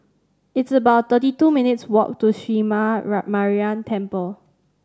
it's about thirty two minutes' walk to Sree Maha Mariamman Temple